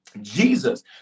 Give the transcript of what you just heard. jesus